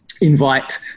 invite